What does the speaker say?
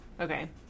Okay